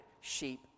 sheep